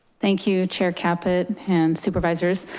thank you, chair caput and supervisors.